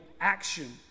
action